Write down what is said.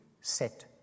set